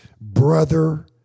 brother